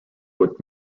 would